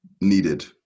Needed